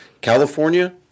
California